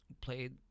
played